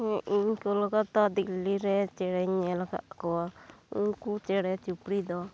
ᱤᱧ ᱠᱳᱞᱠᱟᱛᱟ ᱫᱤᱞᱞᱤ ᱨᱮ ᱪᱮᱸᱬᱮᱧ ᱧᱮᱞ ᱟᱠᱟᱫ ᱠᱚᱣᱟ ᱩᱱᱠᱩ ᱪᱮᱸᱬᱮ ᱪᱤᱯᱲᱤ ᱫᱚ